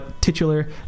titular